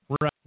Right